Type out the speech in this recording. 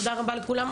תודה רבה לכולם.